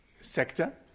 sector